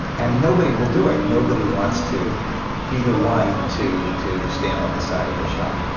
and nobody will do it, nobody wants to be the one to to stand on the side of the shah.